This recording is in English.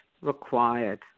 required